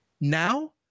Now